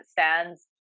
stands